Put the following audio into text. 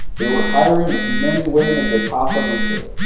they were hiring as many women as they possibly could.